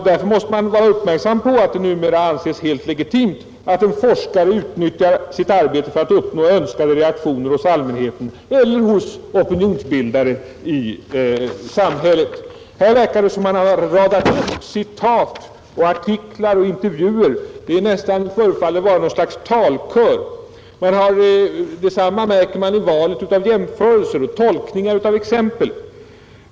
Man måste vara uppmärksam på att det numera ibland tycks anses legitimt att en forskare utnyttjar sitt arbete för att uppnå önskade reaktioner hos allmänheten eller hos opinionsbildare i allmänhet. Här verkar det som om man har radat upp citat ur artiklar och intervjuer. Det förefaller nästan vara något slags propagandistisk talkör. Detsamma märker man vid valet av jämförelser och tolkningar av exempel.